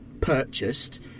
purchased